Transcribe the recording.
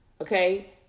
Okay